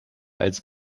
als